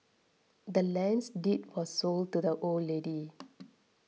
the land's deed was sold to the old lady